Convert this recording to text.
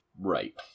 Right